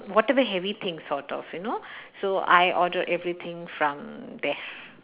what are the heavy things sort of you know so I order everything from there